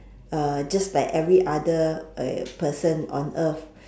uh just like every other uh person on earth